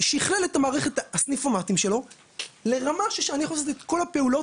שכלל את מערכת הסניפומטים שלו לרמה שאני יכול לעשות את כל הפעולות,